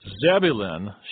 Zebulun